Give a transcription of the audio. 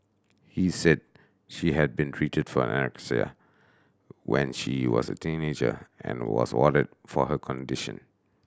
he said she had been treated for anorexia when she was a teenager and was warded for her condition